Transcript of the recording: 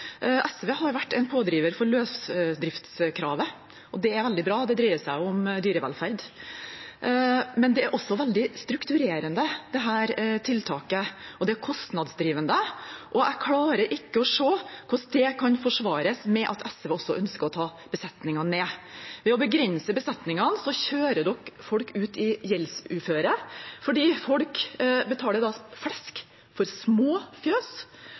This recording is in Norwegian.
SV har vært en pådriver for løsdriftskravet, og det er veldig bra. Det dreier seg om dyrevelferd. Men dette tiltaket er også veldig strukturerende, det er kostnadsdrivende, og jeg klarer ikke å se hvordan det kan forsvares med at SV også ønsker å ta besetninger ned. Ved å begrense besetningene kjører man folk ut i gjeldsuføre fordi de da betaler flesk for små fjøs